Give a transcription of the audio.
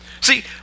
See